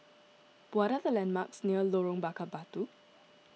what are the landmarks near Lorong Bakar Batu